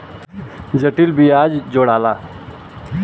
जटिल बियाज जोड़ाला